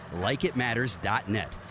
LikeItMatters.net